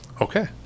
Okay